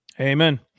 Amen